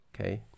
okay